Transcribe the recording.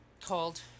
called